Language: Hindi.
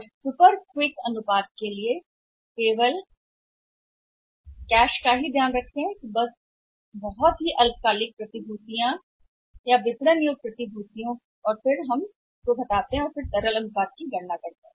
और सुपर क्विक रेशियो के लिए केवल कैश का ही ध्यान रखें प्लस बहुत ही अल्पकालिक प्रतिभूतियों विपणन योग्य प्रतिभूतियों और फिर हम चलनिधि अनुपात की गणना करते हैं